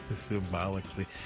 symbolically